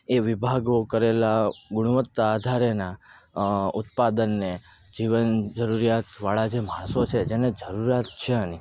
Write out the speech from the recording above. એ વિભાગો કરેલા ગુણવત્તા આધારેના ઉત્પાદનને જીવન જરૂરિયાતવાળા જે માણસો છે જેની જરૂરિયાત છે આની